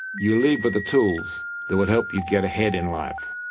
you leave with the tools that will help you get ahead in life.